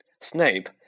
Snape